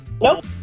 Nope